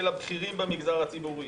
של הבכירים במגזר הציבורי,